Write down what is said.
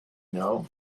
know